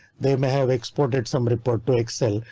they may have exported some report to excel,